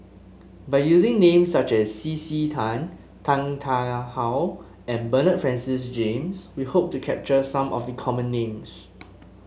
by using names such as C C Tan Tan Tarn How and Bernard Francis James we hope to capture some of the common names